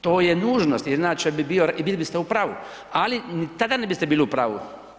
To je nužnost inače bili biste u pravu ali ni tada ne biste bili u pravu.